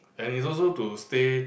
and is also to stay